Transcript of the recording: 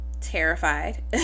terrified